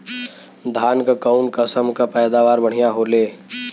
धान क कऊन कसमक पैदावार बढ़िया होले?